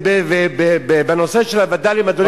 ובנושא של הווד"לים,